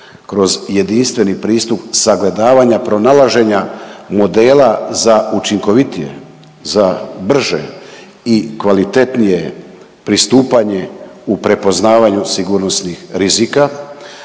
kroz jedinstveni pristup sagledavanja pronalaženja modela za učinkovitije, za brže i kvalitetnije pristupanje u prepoznavanju sigurnosnih rizika